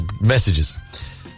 messages